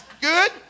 good